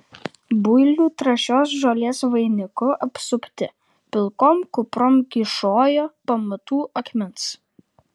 builių trąšios žolės vainiku apsupti pilkom kuprom kyšojo pamatų akmens